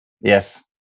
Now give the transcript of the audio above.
Yes